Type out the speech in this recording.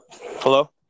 Hello